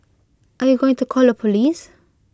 are you going to call the Police